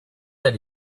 that